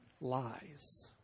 lies